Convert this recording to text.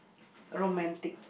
romantic